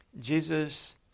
Jesus